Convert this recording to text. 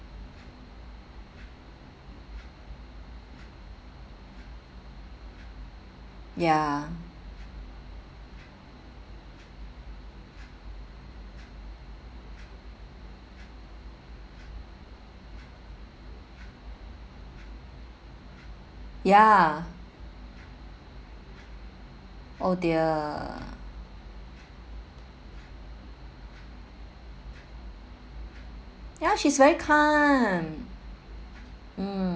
ya ya oh dear ya she's very kind